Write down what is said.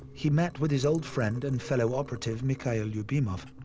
he met with his old friend and fellow operative, mikhail lyubimov,